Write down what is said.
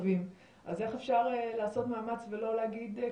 אז איך אפשר לעשות מאמץ ולא להגיד,